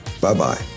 Bye-bye